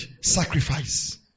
sacrifice